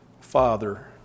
father